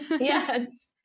Yes